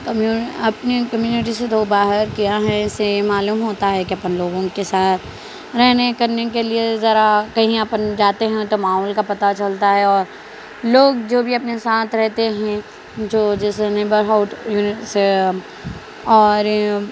اپنی کمیونٹی سے دو باہر کیا ہیں سے معلوم ہوتا ہے کہ اپن لوگوں کے ساتھ رہنے کرنے کے لیے ذرا کہیں اپن جاتے ہیں تو ماحول کا پتہ چلتا ہے اور لوگ جو بھی اپنے ساتھ رہتے ہیں جو جیسے نیبر ہاؤڈ سے اور